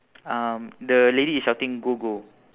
um the lady is shouting go go